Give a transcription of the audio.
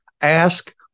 Ask